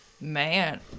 man